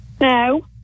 No